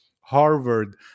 Harvard